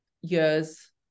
years